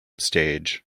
stage